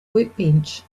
workbench